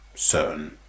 Certain